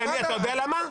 אתה יודע למה?